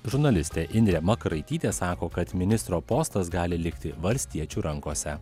žurnalistė indrė makaraitytė sako kad ministro postas gali likti valstiečių rankose